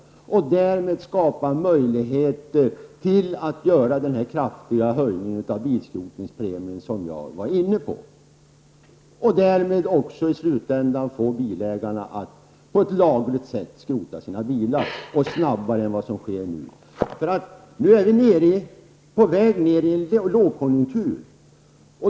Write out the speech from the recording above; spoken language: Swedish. Därmed skulle man skapa möjligheter att göra den kraftiga höjning av bilskrotningspremien som jag var inne på. Därmed skulle man också i slutändan få bilägarna att snabbare än vad som sker nu och på lagligt sätt. Nu är vi på väg ner i en lågkonjunktur.